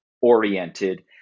oriented